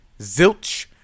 Zilch